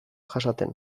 jasaten